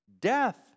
death